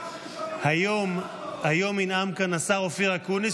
היום ינאמו כאן השר אופיר אקוניס,